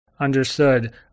Understood